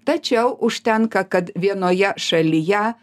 tačiau užtenka kad vienoje šalyje